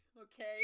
okay